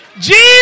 Jesus